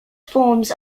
forms